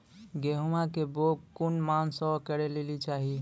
गेहूँमक बौग कून मांस मअ करै लेली चाही?